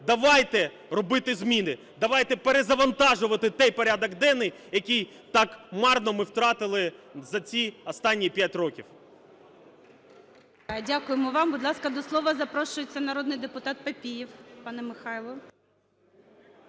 Давайте робити зміни. Давайте перезавантажувати цей порядок денний, який так марно ми втратили за ці останні 5 років. ГОЛОВУЮЧИЙ. Дякуємо вам. Будь ласка, до слова запрошується народний депутат Папієв. Пане Михайло.